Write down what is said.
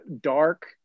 dark